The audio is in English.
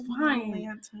fine